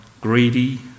greedy